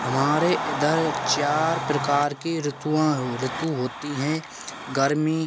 हमारे इधर चार प्रकार की ऋतुएँ ऋतु होती हैं गर्मी